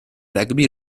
rugby